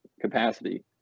capacity